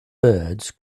birds